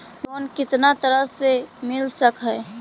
Loan कितना तरह से मिल सक है?